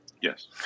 Yes